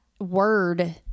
word